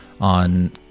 on